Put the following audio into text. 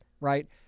right